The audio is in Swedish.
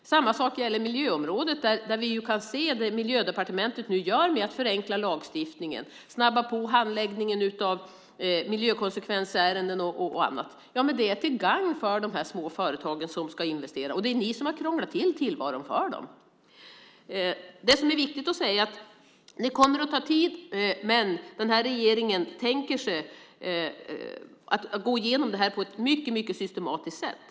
Samma sak gäller miljöområdet, där vi nu kan se att Miljödepartementet förenklar lagstiftningen, snabbar på handläggningen av miljökonsekvensärenden och annat. Det är till gagn för de små företag som ska investera. Det är ni som har krånglat till tillvaron för dem. Det här kommer att ta tid, men regeringen tänker sig att gå igenom det på ett mycket systematiskt sätt.